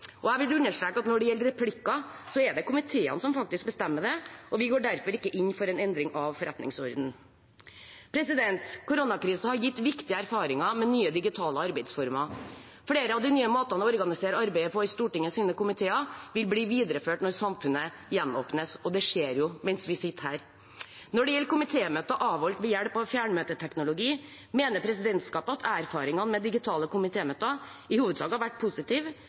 Jeg vil understreke at når det gjelder replikker, er det komiteene som faktisk bestemmer det, og vi går derfor ikke inn for en endring av forretningsordenen. Koronakrisen har gitt viktige erfaringer med nye digitale arbeidsformer. Flere av de nye måtene å organisere arbeidet på i Stortingets komiteer vil bli videreført når samfunnet gjenåpnes, og det skjer jo mens vi sitter her. Når det gjelder komitémøter avholdt ved hjelp av fjernmøteteknologi, mener presidentskapet at erfaringene med digitale komitémøter i hovedsak har vært positive,